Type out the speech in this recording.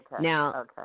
Now